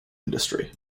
industry